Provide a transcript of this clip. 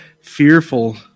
fearful